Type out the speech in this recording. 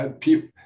people